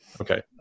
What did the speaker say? Okay